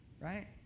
right